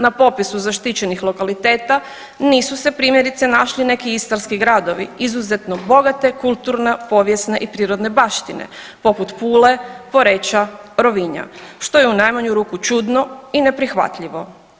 Na popisu zaštićenih lokaliteta nisu se primjerice našli neki istarski gradovi izuzetno bogate kulturne, povijesne i prirodne baštine poput Pule, Poreča, Rovinja što je u najmanju ruku čudno i neprihvatljivo.